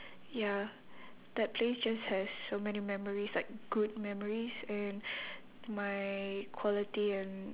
ya that place just has so many memories like good memories and my quality and